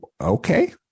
Okay